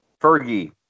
Fergie